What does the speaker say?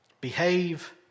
behave